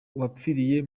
wapfiriye